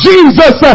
Jesus